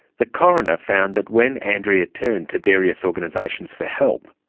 the coroner found that when andrea turned to various organisations for help,